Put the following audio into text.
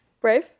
Brave